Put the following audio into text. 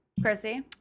Chrissy